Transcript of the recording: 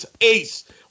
ace